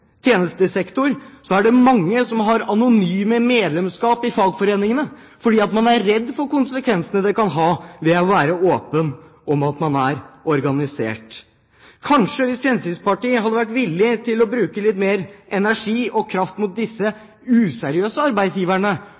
tjenestesektor er det mange som har anonyme medlemskap i fagforeningene fordi man er redd for konsekvensene det kan ha ved å være åpen om at man er organisert. Hvis Fremskrittspartiet hadde vært villig til kanskje å bruke litt mer energi og kraft på disse useriøse arbeidsgiverne,